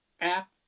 app